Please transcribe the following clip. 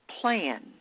plan